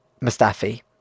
Mustafi